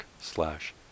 slash